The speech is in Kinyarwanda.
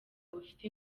bufite